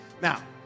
Now